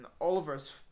oliver's